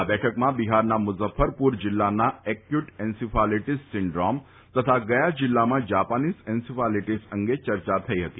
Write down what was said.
આ બેઠકમાં બિફારના મુઝફફરપુર જિલ્લાના એકવુટ એન્સીફાલીટીસ સિન્ડ્રોમ તથા ગયા જિલ્લામાં જાપાનીઝ એન્સીફાલિટીસ અંગે ચર્ચા થઈ હતી